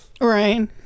Right